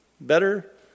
better